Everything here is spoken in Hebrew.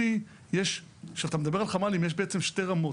להבנתי, כשאתה מדבר על חמ"לים יש בעצם שתי רמות.